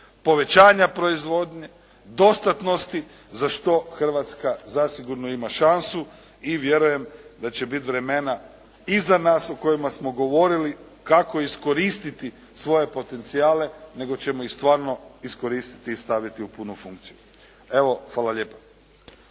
povećanja proizvodnje dostatnosti za što Hrvatska zasigurno ima šansu i vjerujem da će biti vremena i za nas o kojima smo govorili kako iskoristiti svoje potencijale, nego ćemo ih stvarno iskoristiti i staviti u punu funkciju. Evo, hvala lijepa.